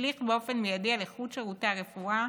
המשליך באופן מיידי על איכות שירותי הרפואה